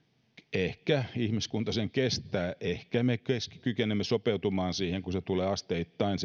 ehkä ihmiskunta sen kestää ehkä me kykenemme sopeutumaan siihen kun se muutos tulee asteittain